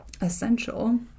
essential